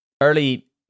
early